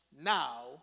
now